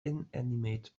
inanimate